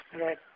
Right